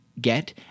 get